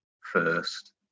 first